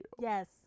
Yes